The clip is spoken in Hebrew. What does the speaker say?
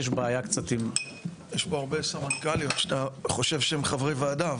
לי יש בעיה קצת --- יש פה הרבה סמנכ"ליות שאתה חושב שהן חברי וועדה,